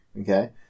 Okay